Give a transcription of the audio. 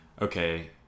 okay